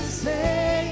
say